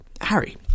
Harry